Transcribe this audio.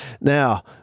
Now